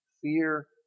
fear